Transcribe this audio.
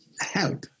help